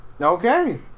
Okay